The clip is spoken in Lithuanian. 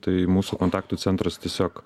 tai mūsų kontaktų centras tiesiog